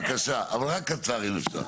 בבקשה, אבל רק קצר אם אפשר.